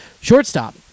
Shortstop